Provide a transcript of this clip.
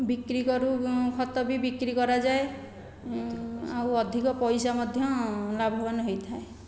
ବିକ୍ରି କରୁ ଖତ ବି ବିକ୍ରି କରାଯାଏ ଆଉ ଅଧିକ ପଇସା ମଧ୍ୟ ଲାଭବାନ ହୋଇଥାଏ